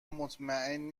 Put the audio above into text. مطمئن